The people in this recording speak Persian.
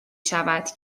شود